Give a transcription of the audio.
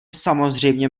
samozřejmě